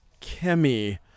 Kemi